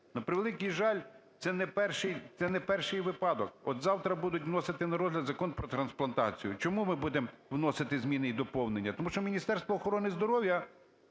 превеликий жаль, це не перший випадок. От завтра будуть вносити Закон про трансплантацію. Чому ми будемо вносити зміни і доповнення? Тому що Міністерство охорони здоров'я